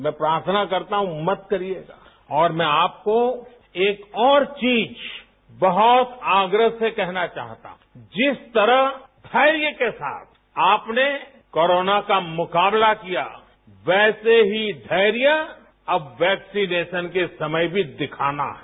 मैं प्रार्थना करता हूं मत करिए और मैं आपको एक और चीज बहुत आग्रह से कहना चाहता हूं जिस तरह धैर्य के साथ आपने कोरोना का मुकाबला किया वैसे ही धैर्य अब वैक्सीनेशन के समय भी दिखाना है